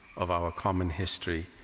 of our common history,